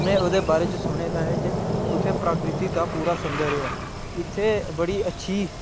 में ओह्दे बारै च सुने दा ऐ की उत्थें प्रकृति दा पूरा सौंदर्य ऐ इत्थें बड़ी अच्छी